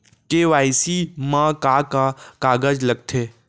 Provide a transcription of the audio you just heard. KYC मा का का कागज लगथे?